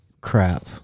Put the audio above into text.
crap